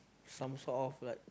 some sort of but